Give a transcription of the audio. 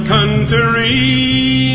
Country